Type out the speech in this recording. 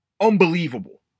unbelievable